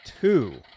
two